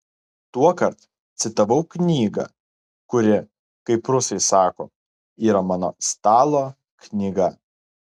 tuokart citavau knygą kuri kaip rusai sako yra mano stalo knyga